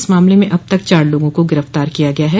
इस मामले में अब तक चार लोगों को गिरफ्तार किया गया है